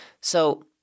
So-